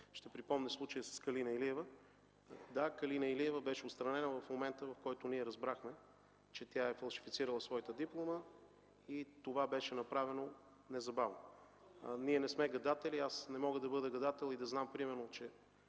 Ще припомня случая с Калина Илиева. Да, Калина Илиева беше отстранена в момента, в който разбрахме, че е фалшифицирала своята диплома, и това беше направено незабавно. Ние не сме гадатели. Не мога да бъдат гадател и да знам примерно, че